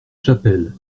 chapelle